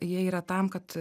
jie yra tam kad